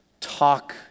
talk